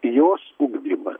jos ugdyma